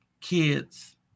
kids